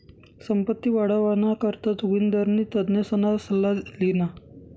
संपत्ती वाढावाना करता जोगिंदरनी तज्ञसना सल्ला ल्हिना